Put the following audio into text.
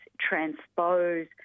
transpose